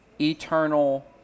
eternal